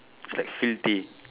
it's like filthy